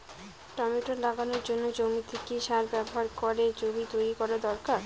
Tomato লাগানোর জন্য জমিতে কি সার ব্যবহার করে জমি তৈরি করা দরকার?